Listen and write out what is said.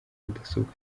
mudasobwa